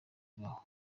bibaho